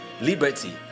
liberty